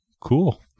cool